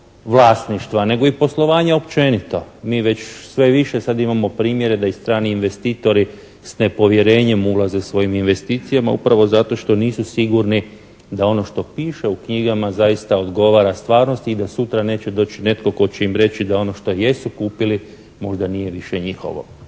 nego i poslovanja općenito. Mi već sve više sad imamo primjere da i strani investitori s nepovjerenjem ulaze svojim investicijama upravo zato što nisu sigurni da ono što piše u knjigama zaista odgovara stvarnosti i da sutra neće doći netko tko će im reći da ono što jesu kupili možda nije više njihovo.